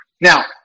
Now